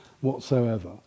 whatsoever